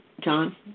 John